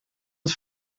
het